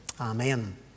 Amen